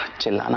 to